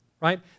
right